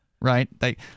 right